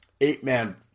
Eight-man